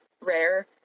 rare